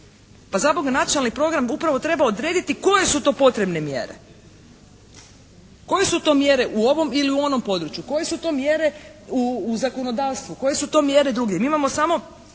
Pa zaboga nacionalni program upravo treba odrediti koje su to potrebne mjere? Koje su to mjere u ovom ili u onom području? Koje su to mjere u zakonodavstvu? Koje su to mjere drugdje? Mi imamo samo